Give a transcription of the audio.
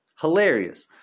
Hilarious